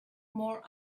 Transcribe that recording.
more